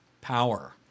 power